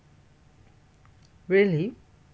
really